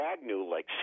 Agnew-like